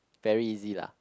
very easy lah